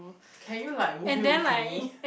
can you like move in with me